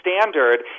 standard